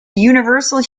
universal